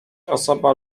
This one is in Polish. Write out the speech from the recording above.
osoba